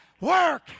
work